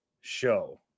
show